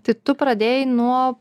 tai tu pradėjai nuo